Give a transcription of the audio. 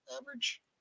average